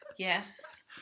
Yes